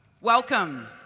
Welcome